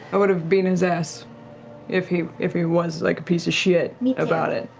i would've beaten his ass if he if he was like a piece of shit about it.